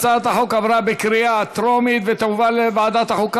הצעת החוק עברה בקריאה טרומית ותועבר לוועדת החוקה,